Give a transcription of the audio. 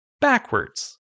backwards